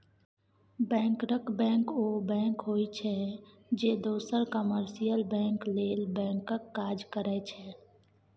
बैंकरक बैंक ओ बैंक होइ छै जे दोसर कामर्शियल बैंक लेल बैंकक काज करै छै